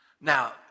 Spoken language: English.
Now